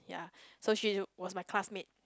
ya so she was my classmate